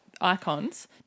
icons